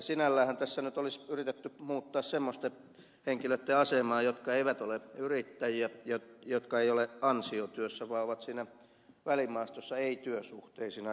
sinälläänhän tässä nyt olisi yritetty muuttaa semmoisten henkilöitten asemaa jotka eivät ole yrittäjiä ja jotka eivät ole ansiotyössä vaan ovat siinä välimaastossa ei työsuhteisina